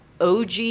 OG